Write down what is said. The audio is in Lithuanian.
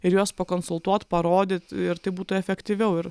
ir juos pakonsultuot parodyt ir tai būtų efektyviau ir